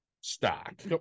stock